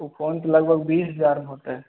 ओ phone लगभग बीस हजारमे होतै